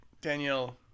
Daniel